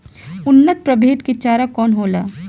उन्नत प्रभेद के चारा कौन होला?